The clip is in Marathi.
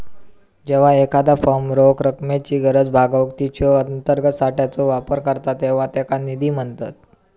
जेव्हा एखादा फर्म रोख रकमेची गरज भागवूक तिच्यो अंतर्गत साठ्याचो वापर करता तेव्हा त्याका निधी म्हणतत